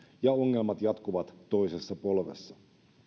ja ongelmat jatkuvat toisessa polvessa